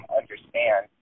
understand